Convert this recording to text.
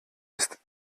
ist